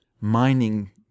mining